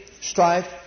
strife